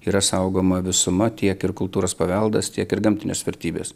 yra saugoma visuma tiek ir kultūros paveldas tiek ir gamtinės vertybės